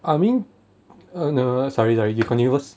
I mean uh sorry sorry you continue first